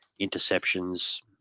interceptions